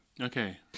Okay